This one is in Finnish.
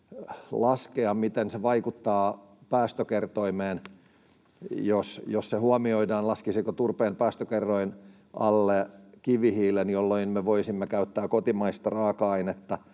miten se vaikuttaa päästökertoimeen. Jos se huomioidaan, laskisiko turpeen päästökerroin alle kivihiilen, jolloin me voisimme käyttää kotimaista raaka-ainetta